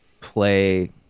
play